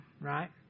right